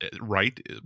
right